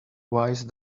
wise